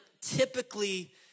typically